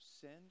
sinned